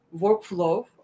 workflow